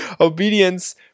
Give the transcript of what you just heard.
Obedience